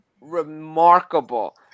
remarkable